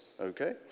Okay